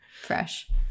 fresh